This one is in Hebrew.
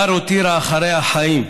בר הותירה אחריה חיים.